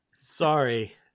Sorry